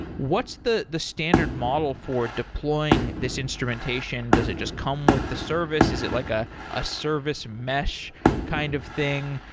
what's the the standard model for deploying this instrumentation? does it just come with the service? is it like ah a service mesh kind of thing?